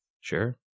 Sure